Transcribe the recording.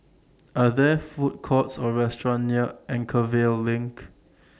Are There Food Courts Or restaurants near Anchorvale LINK